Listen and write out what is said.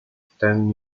stand